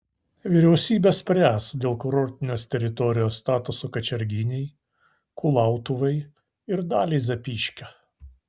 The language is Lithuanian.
vyriausybė spręs dėl kurortinės teritorijos statuso kačerginei kulautuvai ir daliai zapyškio